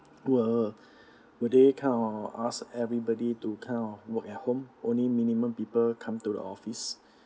were were they kind of ask everybody to kind of work at home only minimum people come to the office